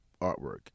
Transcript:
artwork